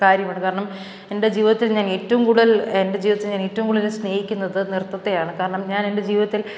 കാര്യമാണ് കാരണം എന്റെ ജീവിതത്തിൽ ഞാൻ ഏറ്റവും കൂടുതൽ എന്റെ ജീവിതത്തിൽ ഞാൻ ഏറ്റവും കൂടുതൽ സ്നേഹിക്കുന്നത് നൃത്തത്തെയാണ് കാരണം ഞാൻ എന്റെ ജീവിതത്തിൽ